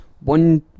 One